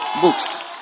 books